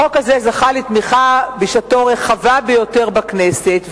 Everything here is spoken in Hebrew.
החוק הזה זכה בשעתו לתמיכה רחבה ביותר בכנסת,